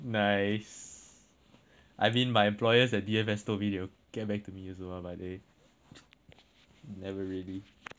I mean my employers at D_F_S told me they will get back to me as well but never really